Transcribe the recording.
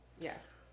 Yes